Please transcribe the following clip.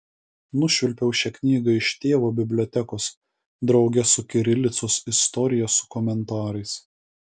nušvilpiau šią knygą iš tėvo bibliotekos drauge su kirilicos istorija su komentarais